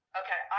okay